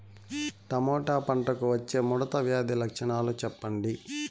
Tomato పంటకు వచ్చే ముడత వ్యాధి లక్షణాలు చెప్పండి?